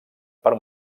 per